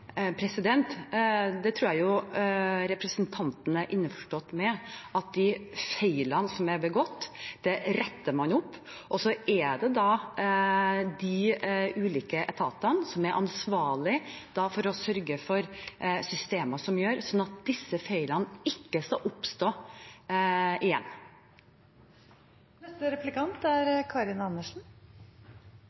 Det tror jeg representanten er innforstått med, at de feilene som er begått, retter man opp, og så er det de ulike etatene som er ansvarlig for å sørge for systemer som gjør at disse feilene ikke skal oppstå igjen. Det vi har behov for å få vite, er